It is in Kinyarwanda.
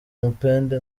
mupende